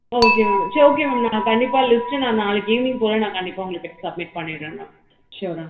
okay ma'am சரி okay ma'am நான் கண்டிப்பாக லிஸ்ட்டு நான் நாளைக்கு ஈவ்னிங் போலே நான் கண்டிப்பாக உங்கள் கிட்ட சப்மிட் பண்ணிடறேன் மேம் ஷ்யோராக